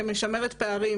שמשמרת פערים.